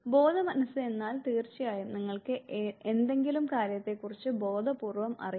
ബോധമനസ്സ് എന്നാൽ തീർച്ചയായും നിങ്ങൾക്ക് എന്തെങ്കിലും കാര്യത്തെ കുറിച്ച് ബോധപൂർവ്വം അറിയാം